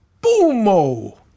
Boom-o